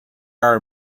are